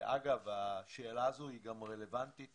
אגב, השאלה הזו היא גם רלוונטית